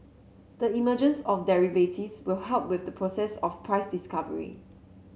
the emergence of derivatives will help with the process of price discovery